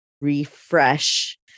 refresh